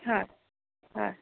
হয় হয়